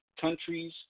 countries